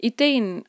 Ideen